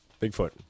Bigfoot